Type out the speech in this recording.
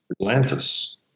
Atlantis